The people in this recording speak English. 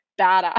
badass